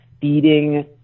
feeding